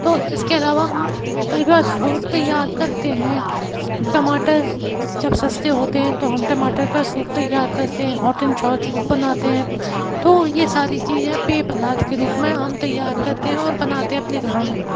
तो इसके अलावा हम कई बार सूप तैयार करते हैं टमाटर जब सस्ते होते हैं तो हम टमाटर का सूप तैयार करते हैं हॉट एन चाउ छूप बनाते हैं तो यह सारी चीजें पेय पदार्थ के रूप में हम तैयार करते हैं और बनाते अपने घरों में